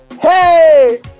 Hey